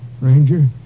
Ranger